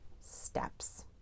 steps